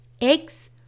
eggs